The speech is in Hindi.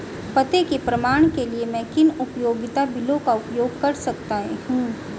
पते के प्रमाण के लिए मैं किन उपयोगिता बिलों का उपयोग कर सकता हूँ?